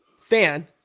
fan